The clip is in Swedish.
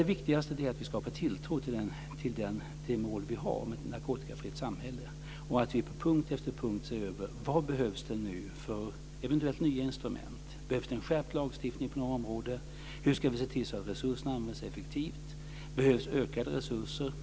Det viktigaste är att vi skapar tilltro till det mål vi har om ett narkotikafritt samhälle, och att vi på punkt efter punkt ser över vilka eventuellt nya instrument som behövs. Behövs det en skärpt lagstiftning på något område? Hur ska vi se till att resurserna används effektivt? Behövs ökade resurser?